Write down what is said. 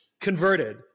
converted